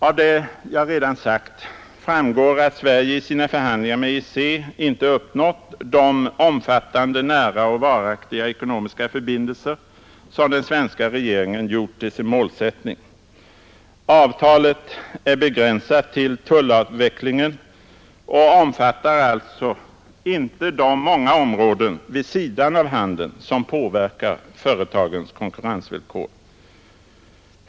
Av vad jag redan har sagt framgår att Sverige i sina förhandlingar med EEC inte uppnått de ”omfattande, nära och varaktiga ekonomiska förbindelser” som den svenska regeringen gjort till sin målsättning. Avtalet är begränsat till tullavvecklingen och omfattar alltså inte de många områden vid sidan av handeln som påverkar företagens konkurrensvillkor.